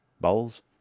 Bowls